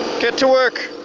get to work.